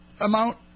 amount